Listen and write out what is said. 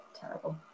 terrible